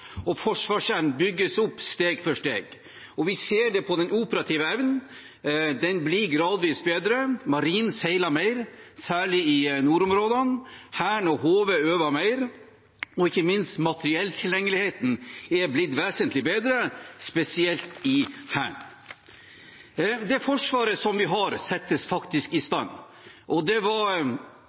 og forsvarsevnen bygges opp steg for steg. Vi ser at den operative evnen blir gradvis bedre, Marinen seiler mer, særlig i nordområdene, Hæren og HV øver mer, og ikke minst er materielltilgjengeligheten blitt vesentlig bedre, spesielt i Hæren. Det forsvaret vi har, settes faktisk i stand, og det var